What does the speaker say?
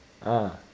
ah